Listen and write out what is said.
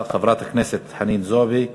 חברת הכנסת חנין זועבי,